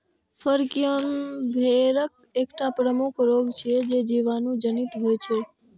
फड़कियां भेड़क एकटा प्रमुख रोग छियै, जे जीवाणु जनित होइ छै